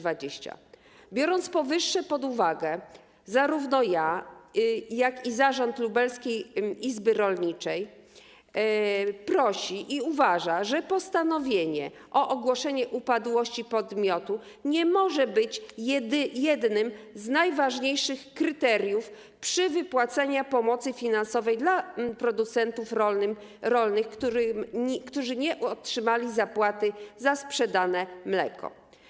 Biorąc powyższe pod uwagę, zarówno ja, jak i Zarząd Lubelskiej Izby Rolniczej uważamy, że postanowienie o ogłoszeniu upadłości podmiotu nie może być jednym z najważniejszych kryteriów przy wypłacaniu pomocy finansowej producentom rolnym, którzy nie otrzymali zapłaty za sprzedane mleko.